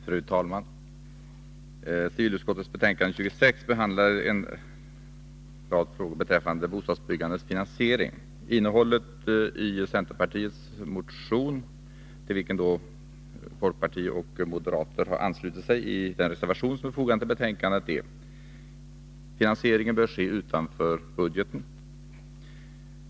Fru talman! Civilutskottets betänkande 26 behandlar en rad frågor beträffande bostadsbyggandets finansiering. Innehållet i centerpartiets motion, till vilken folkpartisterna och moderaterna i utskottet har anslutit sig i den reservation som är fogad till betänkandet, är bl.a. att finansieringen bör ske utanför budgeten.